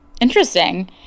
Interesting